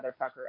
motherfucker